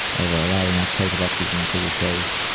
of ah allowing uptake of oxygen to the cells